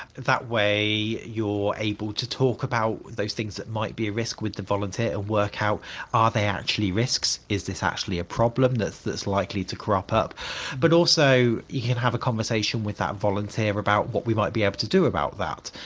that way you're able to talk about those things that might be a risk with the volunteer and work out are they actually risks, is that actually a problem that's that's likely to crop up but also you can have a conversation with that volunteer about what we might be able to do about that.